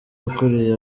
ukuriye